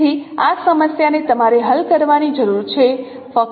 તેથી આ સમસ્યાને તમારે હલ કરવાની જરૂર છે